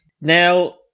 Now